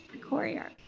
courier